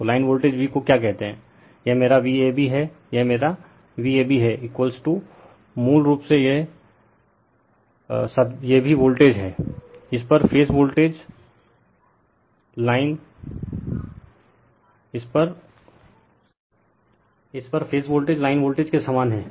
तो line voltage V को क्या कहते हैं यह मेरा Vab है यह मेरा Vab है मूल रूप से यह भी वोल्टेज है इस पर फेज वोल्टेज लाइन वोल्टेज के समान है